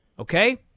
Okay